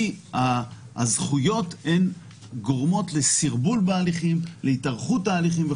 כי הזכויות האלה גורמות לסרבול בהליכים ולהתארכות שלהם.